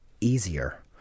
easier